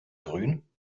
grün